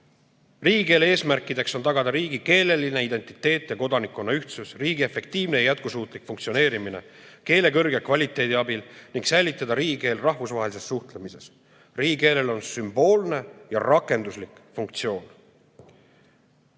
Riigikeele eesmärkideks on tagada riigi keeleline identiteet ja kodanikkonna ühtsus, riigi efektiivne ja jätkusuutlik funktsioneerimine keele kõrge kvaliteedi abil ning säilitada riigikeel rahvusvahelises suhtlemises. Riigikeelel on sümboolne ja rakenduslik funktsioon.